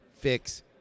fix